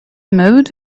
mood